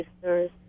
sisters